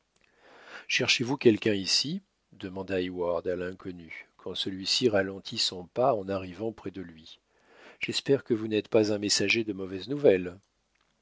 cherchez-vous quelqu'un ici demanda heyward à l'inconnu quand celui-ci ralentit son pas en arrivant près de lui j'espère que vous n'êtes pas un messager de mauvaises nouvelles